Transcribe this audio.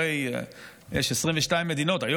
הרי יש 22 מדינות ערביות,